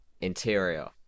Interior